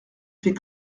fait